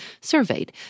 surveyed